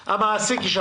מעסיק.